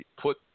put